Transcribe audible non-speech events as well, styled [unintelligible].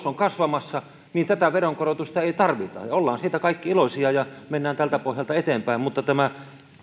[unintelligible] on kasvamassa tätä veronkorotusta ei tarvita ollaan siitä kaikki iloisia ja mennään tältä pohjalta eteenpäin mutta tämä